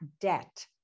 debt